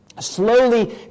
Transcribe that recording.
slowly